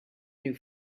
new